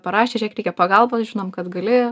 parašė žėkit reikia pagalbos žinom kad gali